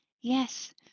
Yes